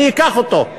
מי ייקח אותו?